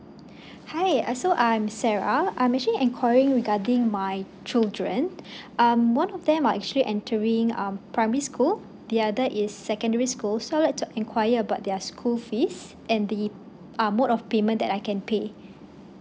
hi uh so I'm sarah I'm actually calling regarding my children um one of them are actually entering um primary school the other is secondary school so I would like to enquire about their school fees and the ah mode of payment that I can pay